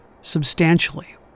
substantially